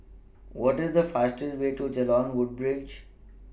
What IS The fastest Way to Jalan Woodbridge